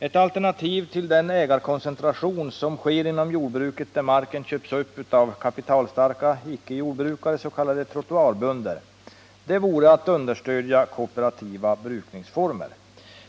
Ett alternativ till den ägarkoncentration som sker inom jordbruket, där marken köps upp av kapitalstarka icke-jordbrukare — s.k. trottoarbönder — vore att understödja kooperativa brukningsformer.